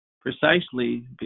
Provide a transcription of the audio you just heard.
Precisely